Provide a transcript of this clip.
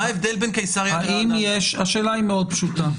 מה ההבדל בין --- השאלה היא מאוד פשוטה: